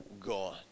gone